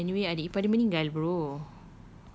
ya but anyway adik ipar dia meninggal bro